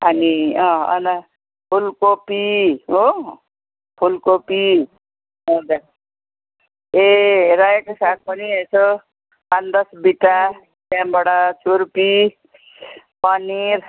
अनि अनि फूलकोपी हो फूलकोपी हजुर ए रायोको साग पनि यसो पाँच दस बिटा त्यहाँबाट छुर्पी पनिर